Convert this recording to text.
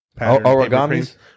origamis